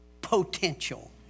potential